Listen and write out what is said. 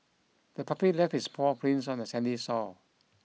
the puppy left its paw prints on the sandy sore